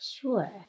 Sure